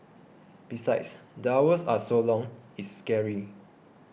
besides the hours are so long it's scary